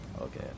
Okay